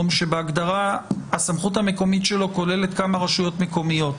שבהגדרה הסמכות המקומית שלו כוללת כמה רשויות מקומיות,